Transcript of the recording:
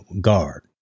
guard